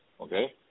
Okay